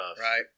Right